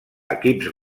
equips